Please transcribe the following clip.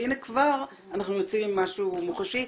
והנה כבר אנחנו יוצאים עם משהו מוחשי,